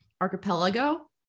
archipelago